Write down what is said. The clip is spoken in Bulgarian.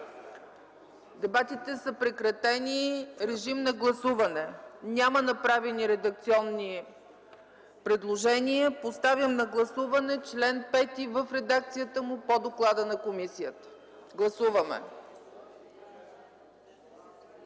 Дебатите са прекратени. Преминаваме към режим на гласуване. Няма направени редакционни предложения. Поставям на гласуване чл. 5 в редакцията му по доклада на комисията. Гласували